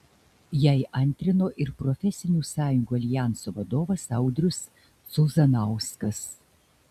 jai antrino ir profesinių sąjungų aljanso vadovas audrius cuzanauskas